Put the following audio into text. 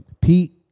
Pete